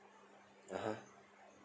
(uh huh)